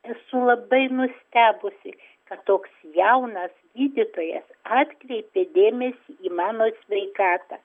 esu labai nustebusi kad toks jaunas gydytojas atkreipė dėmesį į mano sveikatą